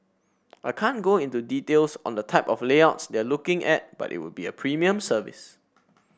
I can't go into details on the type of layouts they're looking at but it would be a premium service